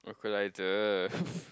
equaliser